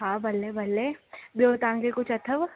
हा भले भले ॿियो तव्हांखे कुझु अथव